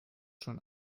schon